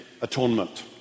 atonement